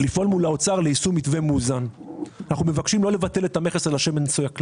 לפעול מול האוצר ליישום מתווה מאוזן שאינו מבטל את המכס על שמן הסויה,